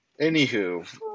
anywho